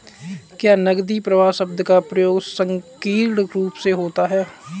क्या नकदी प्रवाह शब्द का प्रयोग संकीर्ण रूप से होता है?